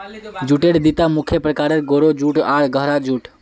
जूटेर दिता मुख्य प्रकार, गोरो जूट आर गहरा जूट